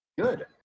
good